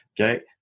Okay